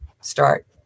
start